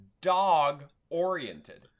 dog-oriented